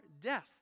death